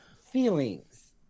feelings